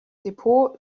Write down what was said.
depot